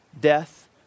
death